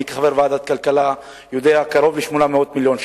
אני כחבר ועדת הכלכלה יודע שהוא קרוב ל-800 מיליון שקלים.